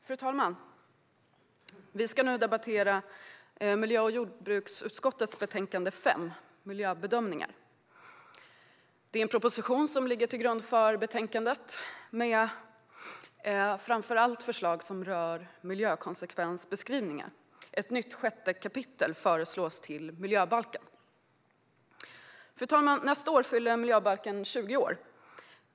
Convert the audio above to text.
Fru talman! Vi ska nu debattera miljö och jordbruksutskottets betänkande 5 Miljöbedömningar . Den proposition som ligger till grund för betänkandet innehåller förslag som framför allt rör miljökonsekvensbeskrivningar. Ett nytt sjätte kapitel föreslås till miljöbalken. Fru talman! Nästa år fyller miljöbalken 20 år.